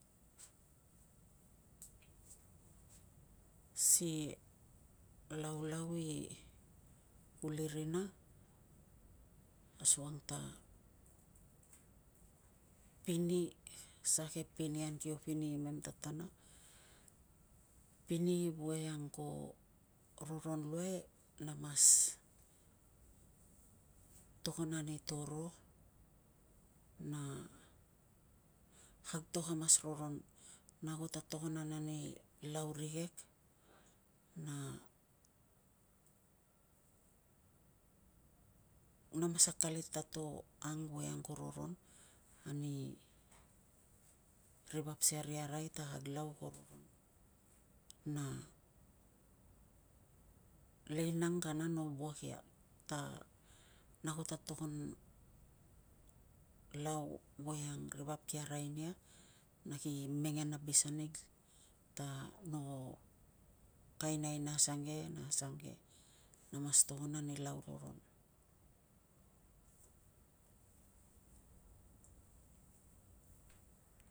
Si laulau i kuli rina, asukang ta pini, sa ka ke pini an kio pini imem tatana pini voiang ko roron luai na mas togon ani to ro na kag to mas roron na ago ta togon an ani lau rikek na na mas akalit ta to ang voiang ko roron ani ri vap si kari arai ta kag lau ko roron. Na lenginang kana no wuak ia ta na ago ta togon lau voiang ri vap kia arai nia na ki mengen abis anig ta no kain aina asangkena asangke na mas togon ani lau roron.